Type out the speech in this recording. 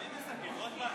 רוטמן, אתה מסכם?